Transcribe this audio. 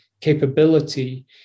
capability